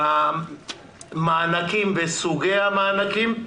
בסוגי המענקים.